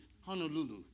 Honolulu